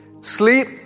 Sleep